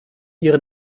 ihren